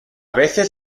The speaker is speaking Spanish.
veces